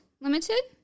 Limited